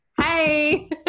hey